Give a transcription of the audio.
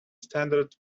standard